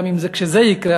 כשזה יקרה,